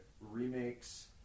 remakes